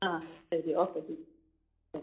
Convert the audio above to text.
ആ ശരി ഓക്കെ ടീച്ചറെ